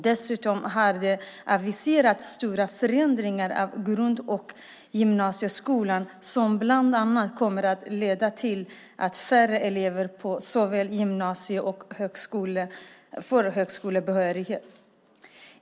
Dessutom har det aviserats stora förändringar av grund och gymnasieskolan som bland annat kommer att leda till att färre elever får såväl gymnasie som högskolebehörighet.